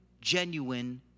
genuine